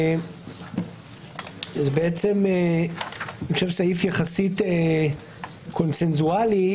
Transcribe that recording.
זה סעיף יחסית קונצנזואלי.